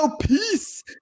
Peace